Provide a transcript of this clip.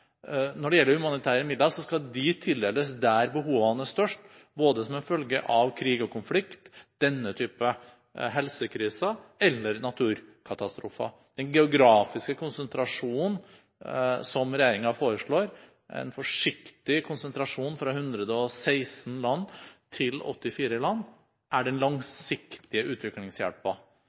gjelder de humanitære midlene: De humanitære midlene skal tildeles der behovene er størst – både som en følge av krig og konflikt og denne type helsekriser eller naturkatastrofer. Den geografiske konsentrasjonen som regjeringen foreslår – en forsiktig konsentrasjon fra 116 land til 84 land – er den langsiktige